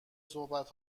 صحبت